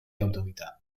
autorità